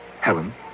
Helen